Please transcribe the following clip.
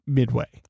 midway